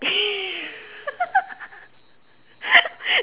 p~